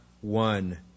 one